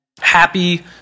happy